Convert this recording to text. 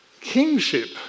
kingship